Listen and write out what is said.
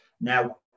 Now